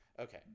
Okay